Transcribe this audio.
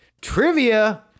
Trivia